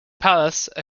palace